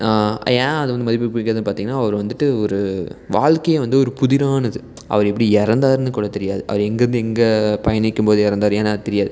ஏன் அது வந்து மதிப்பு மிக்கதுனு பார்த்தீங்கனா அவர் வந்துட்டு ஒரு வாழ்க்கைய வந்து ஒரு புதிரானது அவர் எப்படி இறந்தாருன்னுகூட தெரியாது அவர் எங்கிருந்து எங்கே பயணிக்கும்போது இறந்தாரு ஏன்னால் தெரியாது